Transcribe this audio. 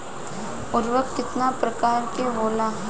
उर्वरक केतना प्रकार के होला?